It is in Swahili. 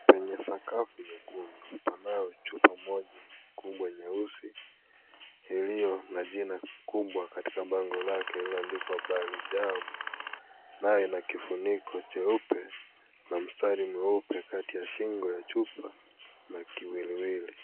Penye sakafu nyekundu panao chupa moja kubwa nyeusi, iliyo na jina kubwa katika bango lake lililoandikwa Baalijaam nayo na kifunuko cheupe na mstari mweupe kati ya shingo ya chupa na kiwiliwili.